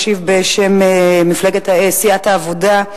בשם סיעת העבודה,